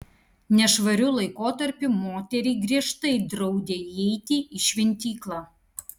nešvariu laikotarpiu moteriai griežtai draudė įeiti į šventyklą